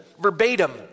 verbatim